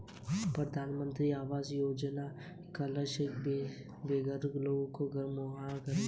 प्रधानमंत्री आवास योजना का लक्ष्य बेघर लोगों को घर मुहैया कराना है